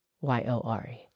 Y-O-R-E